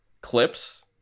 clips